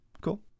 cool